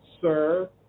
sir